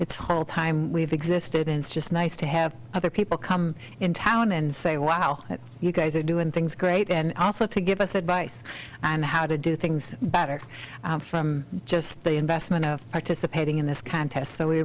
its whole time we've existed in just nice to have other people come in town and say wow you guys are doing things great and also to give us advice on how to do things better from just the investment of participating in this contest so we